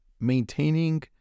Maintaining